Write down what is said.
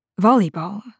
Volleyball